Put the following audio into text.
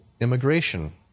immigration